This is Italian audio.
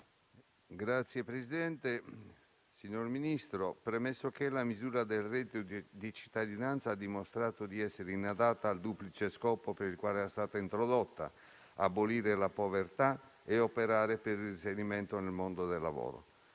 *(FIBP-UDC)*. Signor Ministro, premesso che: la misura del reddito di cittadinanza ha dimostrato di essere inadatta al duplice scopo per il quale era stata introdotta, abolire la povertà e operare per il reinserimento nel mondo del lavoro;